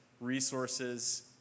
resources